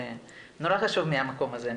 זה נורא חשוב מהמקום הזה.